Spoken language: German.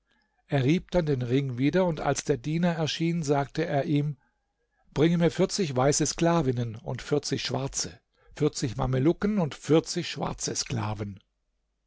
er rieb dann den ring wieder und als der diener erschien sagte er ihm bringe mir vierzig weiße sklavinnen und vierzig schwarze vierzig mamelucken und vierzig schwarze sklaven